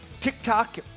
TikTok